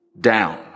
down